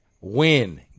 win